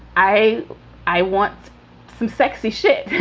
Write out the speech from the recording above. i i want some sexy shit,